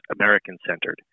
American-centered